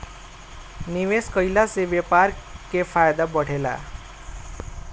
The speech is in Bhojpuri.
निवेश कईला से व्यापार के फायदा बढ़ेला